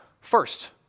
First